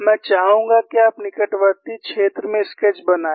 मैं चाहूंगा कि आप निकटवर्ती क्षेत्र में स्केच बनाएं